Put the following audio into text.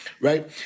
right